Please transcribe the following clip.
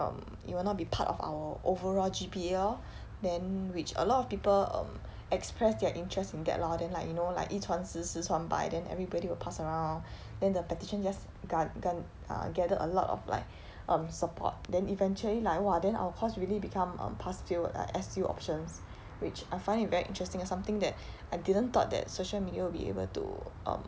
um it will not be part of our overall G_P_A lor then which a lot of people um expressed their interest in that lor then like you know like 一传十十传百 then everybody will pass around then the petition just gar~ gar~ err gather a lot of like um support then eventually like !wah! then our course really become um pass fail like S_U options which I find it very interesting is something that I didn't thought that social media will be able to um